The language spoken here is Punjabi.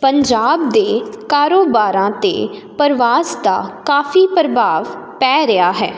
ਪੰਜਾਬ ਦੇ ਕਾਰੋਬਾਰਾਂ 'ਤੇ ਪਰਵਾਸ ਦਾ ਕਾਫੀ ਪ੍ਰਭਾਵ ਪੈ ਰਿਹਾ ਹੈ